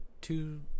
two